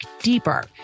deeper